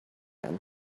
when